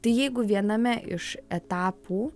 tai jeigu viename iš etapų